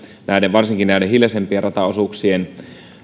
varsinkin hiljaisempien rataosuuksien